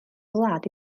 wlad